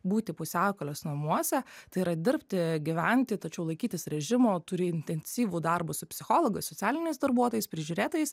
būti pusiaukelės namuose tai yra dirbti gyventi tačiau laikytis režimo turi intensyvų darbą su psichologais socialiniais darbuotojais prižiūrėtojais